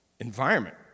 environment